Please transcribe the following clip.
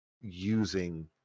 using